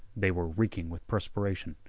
they were reeking with perspiration,